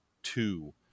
two